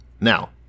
Now